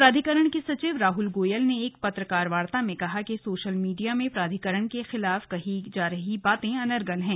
प्राधिकरण के सचिव राहुल गोयल ने एक पत्रकार वार्ता में कहा कि सोशल मीडिया में प्राधिकरण के खिलाफ कही जा रही बातें अनर्गल हैं